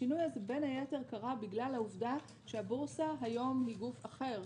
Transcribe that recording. השינוי הזה בין היתר קרה בגלל העובדה שהבורסה היום היא גוף אחר,